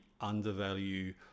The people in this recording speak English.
undervalue